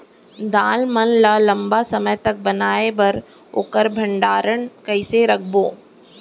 दाल मन ल लम्बा समय तक बनाये बर ओखर भण्डारण कइसे रखबो?